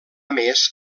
més